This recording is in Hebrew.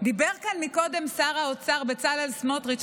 דיבר כאן קודם שר האוצר בצלאל סמוטריץ',